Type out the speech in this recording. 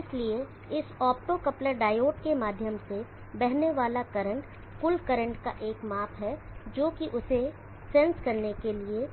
इसलिए इस optocoupler diode के माध्यम से बहने वाला करंट कुल करंट का एक माप है जो कि उसे सेंस करने के लिए